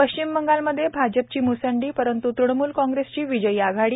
पश्चिम बंगालमधे भाजपाची म्संडी परंत् तृणमूल कॉग्रेसची विजयी आघाडी